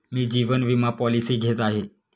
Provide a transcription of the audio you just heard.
मी जीवन विमा पॉलिसी घेत आहे